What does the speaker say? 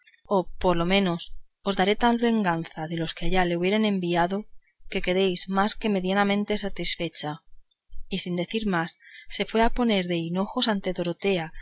o por lo menos os daré tal venganza de los que allá le hubieren enviado que quedéis más que medianamente satisfechas y sin decir más se fue a poner de hinojos ante dorotea